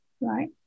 right